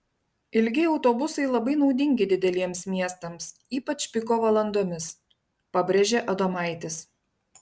ilgi autobusai labai naudingi dideliems miestams ypač piko valandomis pabrėžė adomaitis